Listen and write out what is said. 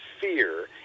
fear